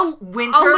winter